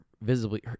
visibly